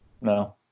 no